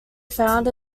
found